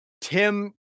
Tim